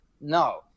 no